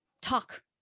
talk